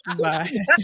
Bye